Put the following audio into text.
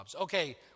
Okay